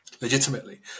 legitimately